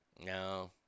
no